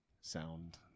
Sound